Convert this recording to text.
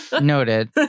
Noted